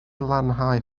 lanhau